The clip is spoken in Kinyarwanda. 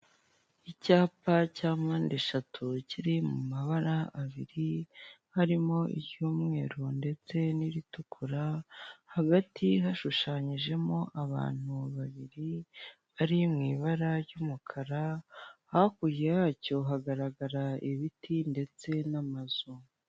Icyapa cya mpande eshatu kiri mu mabara abiri, harimo iry'umweru ndetse n'iritukura, hagati hashushanyijemo abantu babiri bari mu ibara ry'umukara, hakurya yacyo hagaragara ibiti ndetse n'amazu.